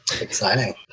Exciting